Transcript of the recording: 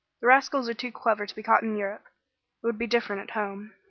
the rascals are too clever to be caught in europe. it would be different at home.